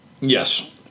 Yes